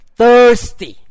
thirsty